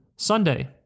Sunday